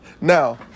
Now